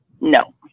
no